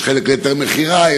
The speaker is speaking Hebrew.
יש חלק להיתר מכירה,